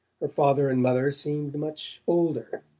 her father and mother seemed much older,